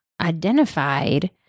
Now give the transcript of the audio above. identified